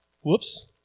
whoops